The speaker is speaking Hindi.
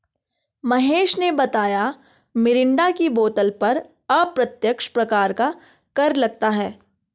महेश ने बताया मिरिंडा की बोतल पर अप्रत्यक्ष प्रकार का कर लगता है